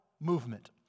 movement